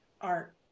Art